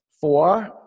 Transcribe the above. Four